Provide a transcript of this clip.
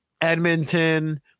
Edmonton